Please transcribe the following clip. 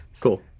cool